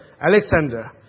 Alexander